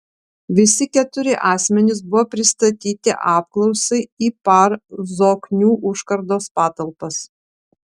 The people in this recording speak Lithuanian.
visi keturi asmenys buvo pristatyti apklausai į par zoknių užkardos patalpas